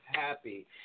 happy